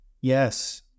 Yes